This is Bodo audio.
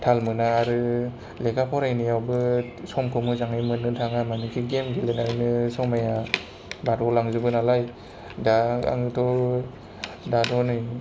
थाल मोना आरो लेखा फरायनायावबो समखौ मोजाङै मोननो थाङा मानिकि गेम गेलेनानैनो समाया बारग' लांजोबो नालाय दा आंथ' दाबो नै